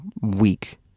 week